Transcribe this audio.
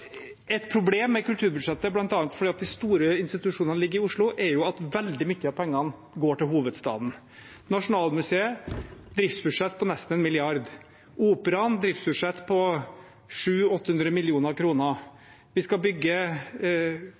fordi de store institusjonene ligger i Oslo, er et problem med kulturbudsjettet at veldig mye av pengene går til hovedstaden, til Nasjonalmuseet, med et driftsbudsjett på nesten 1 mrd. kr, til Operaen, med et driftsbudsjett på 700–800 mill. kr. Vi